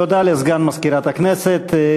תודה לסגן מזכירת הכנסת.